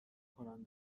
کنند